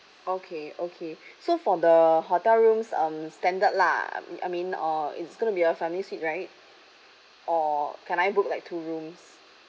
okay okay so for the hotel rooms um standard lah I I mean uh it's gonna be a family suite right or can I book like two rooms